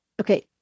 okay